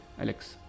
Alex